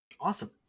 Awesome